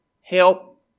Help